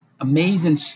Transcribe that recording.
Amazing